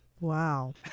Wow